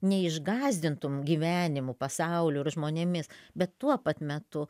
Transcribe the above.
neišgąsdintum gyvenimu pasauliu ir žmonėmis bet tuo pat metu